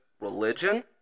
religion